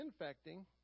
infecting